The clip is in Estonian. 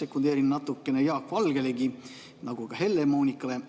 sekundeerin natukene Jaak Valgele ja ka Helle-Moonikale.